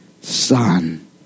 son